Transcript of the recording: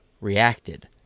reacted